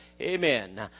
Amen